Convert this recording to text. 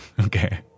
okay